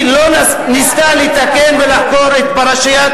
היא לא ניסתה לתקן ולחקור את פרשיית